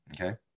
okay